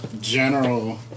general